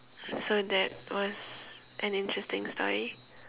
so that was an interesting story